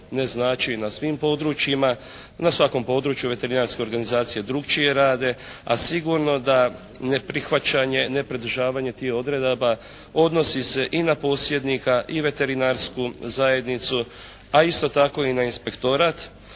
ne znači na svim područjima. Na svakom području veterinarske organizacije drukčije rade, a sigurno da neprihvaćanje, nepridržavanje tih odredaba odnosi se i na posjednika i veterinarsku zajednicu a isto tako i na inspektorat.